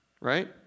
Right